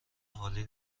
عالی